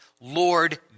Lord